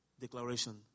declaration